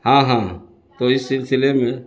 ہاں ہاں تو اس سلسلے میں